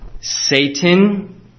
Satan